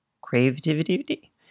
creativity